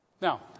Now